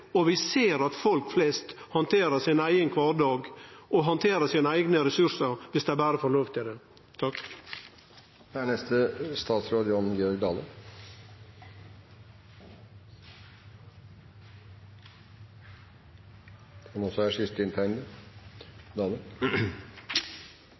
og vi ser at folk flest handterer sin eigen kvardag og handterer sine eigne ressursar – dersom dei berre får lov til det. Til representanten Knut Storberget: Eg meiner det er